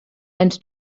and